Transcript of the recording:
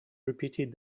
repeated